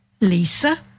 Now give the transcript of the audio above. Lisa